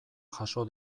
jaso